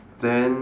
then